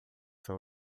são